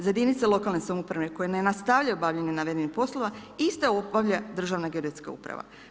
Za jedinice lokalne samouprave koje ne nastavljaju obavljanje navedenih poslova iste obavlja Državna geodetska uprava.